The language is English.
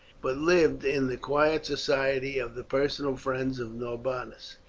but lived in the quiet society of the personal friends of norbanus.